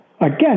again